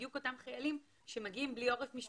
בדיוק אותם חיילים שמגיעים בלי עורף משפחתי,